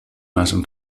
más